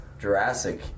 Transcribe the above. Jurassic